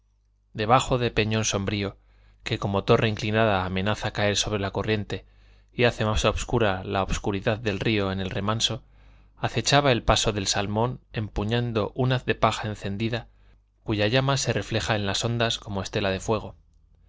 debajo de peñón sombrío que como torre inclinada amenaza caer sobre la corriente y hace más obscura la obscuridad del río en el remanso acechaba el paso del salmón empuñando un haz de paja encendida cuya llama se refleja en las ondas como estela de fuego